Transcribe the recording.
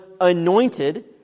anointed